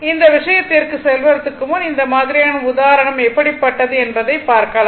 இந்த விஷயத்திற்கு செல்வதற்கு முன் இந்த மாதிரியான உதாரணம் எப்படிப்பட்டது என்பதை பார்க்கலாம்